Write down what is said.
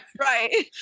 right